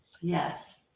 Yes